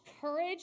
courage